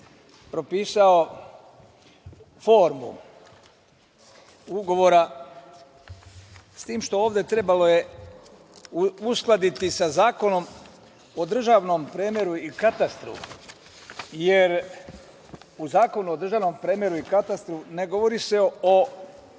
propisao formu ugovora, s tim što je trebalo uskladiti sa Zakonom o državnom premeru i katastru, jer u Zakonu o državnom premeru i katastru ne govori se o